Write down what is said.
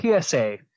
PSA